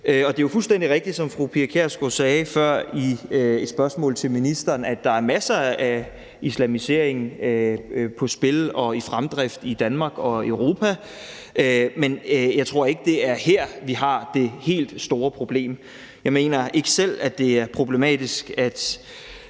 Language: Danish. rigtigt, som fru Pia Kjærsgaard sagde før i spørgsmålet til ministeren, at der er masser af islamisering på spil og i fremdrift i Danmark og Europa, men jeg tror ikke, det er her, vi har det helt store problem. Jeg mener ikke selv, at det er problematisk.